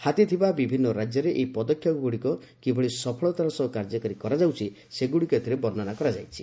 ହାତୀ ଥିବା ବିଭିନ୍ନ ରାଜ୍ୟରେ ଏହି ପଦକ୍ଷେପଗୁଡ଼ିକ କିଭଳି ସଫଳତାର ସହ କାର୍ଯ୍ୟକାରୀ କରାଯାଉଛି ସେଗ୍ରଡ଼ିକ ଏଥିରେ ବର୍ଷ୍ଣନା କରାଯାଇଛି